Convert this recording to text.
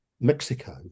Mexico